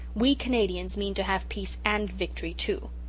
we canadians mean to have peace and victory, too.